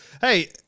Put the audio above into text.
Hey